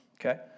Okay